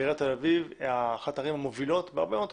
עיריית תל אביב היא אחת הערים המובילות בהרבה מאוד תחומים,